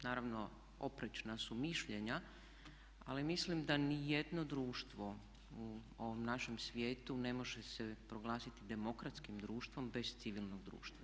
Naravno oprečna su mišljenja ali mislim da nijedno društvo u ovom našem svijetu ne može se proglasiti demokratskim društvom bez civilnog društva.